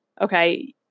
Okay